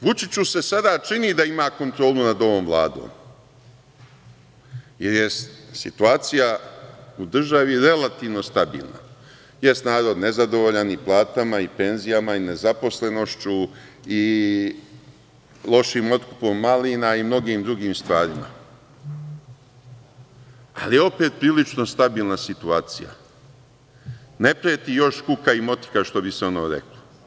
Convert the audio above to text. Vučiću se sada čini da ima kontrolu nad ovom Vladom jer je situacija u državi relativno stabilna, jeste narod nezadovoljan i platama i penzijama i nezaposlenošću i lošim otkupom malina i mnogim drugim stvarima, ali opet je prilično stabilna situacija, ne preti još kuka i motika što bi se ono reklo.